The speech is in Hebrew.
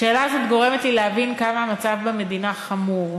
השאלה הזו גורמת לי להבין כמה המצב במדינה חמור.